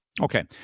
Okay